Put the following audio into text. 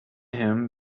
him